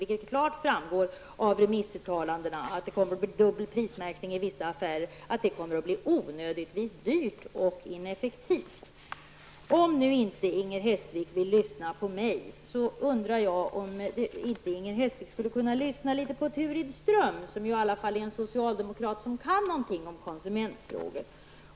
Det framgår klart att det kommer att bli onödigtvis dyrt och ineffektivt. Om nu inte Inger Hestvik vill lyssna på mig undrar jag om hon kunde lyssna på Turid Ström, som i alla fall är en socialdemokrat som kan någonting om konsumentfrågor.